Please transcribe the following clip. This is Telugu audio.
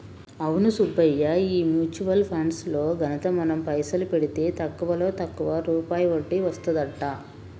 అవును సుబ్బయ్య ఈ మ్యూచువల్ ఫండ్స్ లో ఘనత మనం పైసలు పెడితే తక్కువలో తక్కువ రూపాయి వడ్డీ వస్తదంట